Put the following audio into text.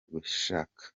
gushaka